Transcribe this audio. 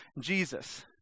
Jesus